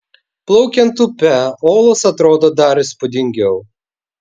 plaukiant upe olos atrodo dar įspūdingiau